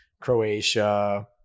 croatia